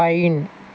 pine